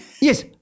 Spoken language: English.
Yes